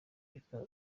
reka